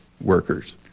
workers